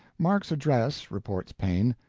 mark's address, reports paine,